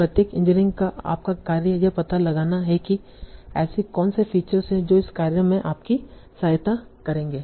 प्रत्येक इंजीनियरिंग का आपका कार्य यह पता लगाना है कि ऐसी कौनसे फीचर्स हैं जो इस कार्य में आपकी सहायता करेंगे